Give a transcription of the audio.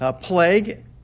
plague